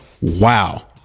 wow